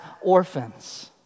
orphans